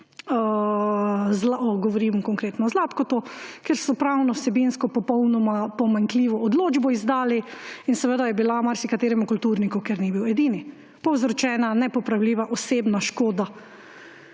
govorim konkretno o Zlatku, kjer so pravno vsebinsko popolnoma pomanjkljivo odločbo izdali in seveda je bila marsikateremu kulturniku, ker ni bil edini, povzročena nepopravljiva osebna škoda.